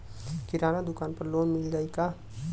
किराना दुकान पर लोन मिल जाई का?